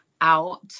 out